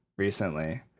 recently